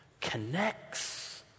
connects